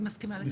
מסכימה לגמרי.